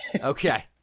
Okay